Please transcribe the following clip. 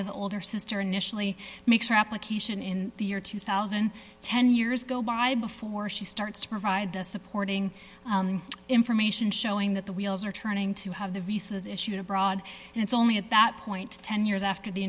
the older sister initially makes her application in the year two thousand and ten years go by before she starts to provide supporting information showing that the wheels are turning to have the reeses issued abroad and it's only at that point ten years after the